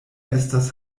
estas